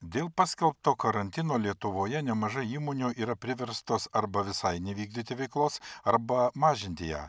dėl paskelbto karantino lietuvoje nemažai įmonių yra priverstos arba visai nevykdyti veiklos arba mažinti ją